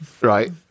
Right